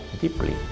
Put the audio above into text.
deeply